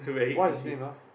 what his name ah